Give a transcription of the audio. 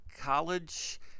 college